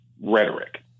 rhetoric